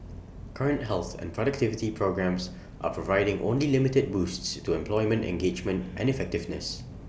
current health and productivity programmes are providing only limited boosts to employment engagement and effectiveness